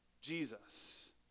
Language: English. jesus